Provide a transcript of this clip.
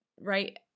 right